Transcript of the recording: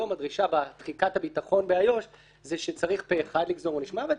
היום הדרישה בתחיקת הביטחון באיו"ש היא שצריך פה אחד לגזור עונש מוות,